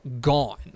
gone